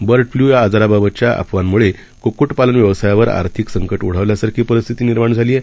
बर्डफ्ल्यूयाआजाराबाबतच्याअफवांमुळेक्क्क्टपालनव्यवसायावरआर्थिकसंकटओढावल्यासारखीपरिस्थिती निर्माणझालीआहे